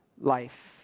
life